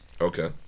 Okay